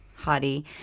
hottie